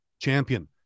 champion